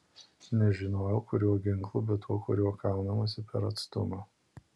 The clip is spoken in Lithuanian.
nežinojau kuriuo ginklu bet tuo kuriuo kaunamasi per atstumą